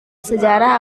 sejarah